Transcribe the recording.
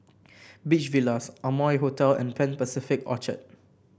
Beach Villas Amoy Hotel and Pan Pacific Orchard